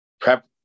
prep